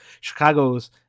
Chicago's